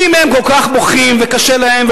אם הם כל כך בוכים וקשה להם,